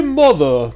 mother